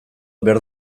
behar